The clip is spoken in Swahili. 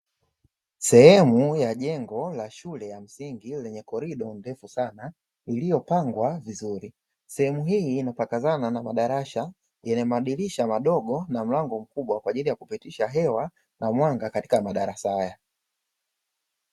Sehemu ya jengo la shule ya msingi, lenye korido ndefu sana iliyopangwa vizuri. Sehemu hii inapakana na madarasa yenye madirisha madogo na mlango mkubwa kwa ajili ya kupitisha hewa na mwanga katika madarasa haya.